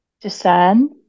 discern